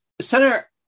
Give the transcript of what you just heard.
Senator